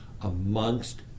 amongst